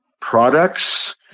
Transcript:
products